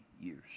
years